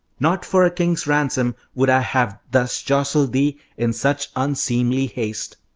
not for a king's ransom would i have thus jostled thee in such unseemly haste!